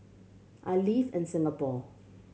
I live in Singapore